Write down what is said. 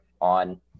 on